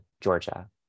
Georgia